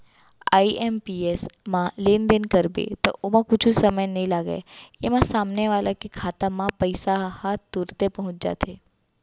IMPS म लेनदेन करबे त ओमा कुछु समय नइ लागय, एमा सामने वाला के खाता म पइसा ह तुरते पहुंच जाथे